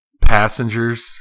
Passengers